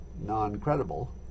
non-credible